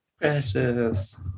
Precious